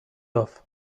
off